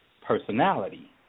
personality